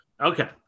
Okay